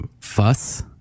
fuss